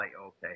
okay